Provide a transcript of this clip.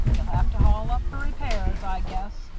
you'll have to haul up for repairs, i guess,